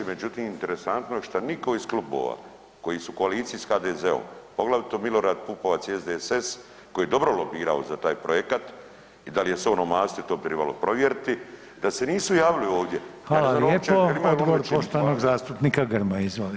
Međutim, interesantno što nitko iz klubova koji su u koaliciji sa HDZ-om poglavito Milorad Pupovac i SDSS koji je dobro lobirao za taj projekat i da li je se on omastio to bi trebalo provjeriti, da se nisu javili ovdje uopće.